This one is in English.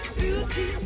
beauty